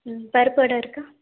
பருப்பு வடை இருக்கா